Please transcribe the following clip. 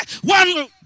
one